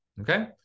okay